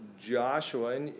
Joshua